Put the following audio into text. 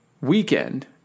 weekend